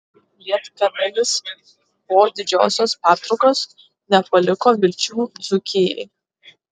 lietkabelis po didžiosios pertraukos nepaliko vilčių dzūkijai